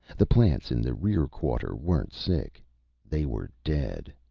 the plants in the rear quarter weren't sick they were dead.